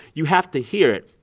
you have to hear it.